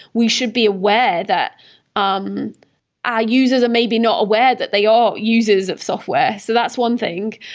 we should be aware that um are users are maybe not aware that they are users of software. so that's one thing.